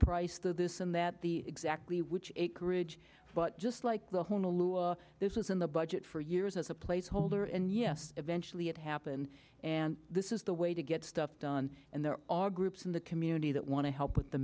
price that this and that the exactly which acreage but just like there was in the budget for years as a placeholder and yes eventually it happened and this is the way to get stuff done and there are groups in the community that want to help with the